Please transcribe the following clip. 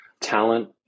talent